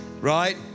right